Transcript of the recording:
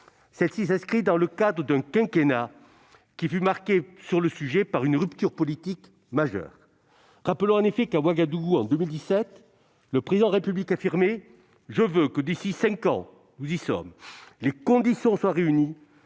Celle-ci s'inscrit dans le cadre d'un quinquennat qui fut marqué sur le sujet par une rupture politique majeure. Rappelons en effet que, à Ouagadougou, en 2017, le Président de la République affirmait :« Je veux que d'ici cinq ans- nous y sommes ! -les conditions soient réunies